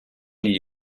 gli